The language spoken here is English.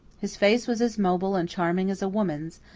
his face was as mobile and charming as a woman's,